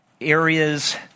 areas